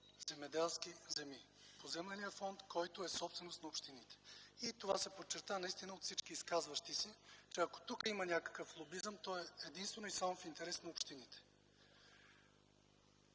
земеделски земи в поземления фонд, който е собственост на общините. Това се подчерта от всички изказващи се, че ако тук има някакъв лобизъм, то е единствено и само в интерес на общините.